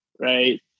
right